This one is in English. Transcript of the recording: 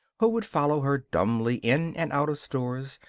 who would follow her dumbly in and out of stores,